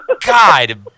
God